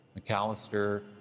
McAllister